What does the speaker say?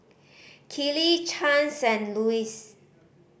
Kellee Chance and Louis